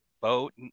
boat